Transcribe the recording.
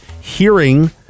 hearing